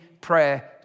prayer